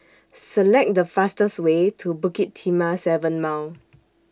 Select The fastest Way to Bukit Timah seven Mile